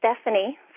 Stephanie